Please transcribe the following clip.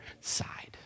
side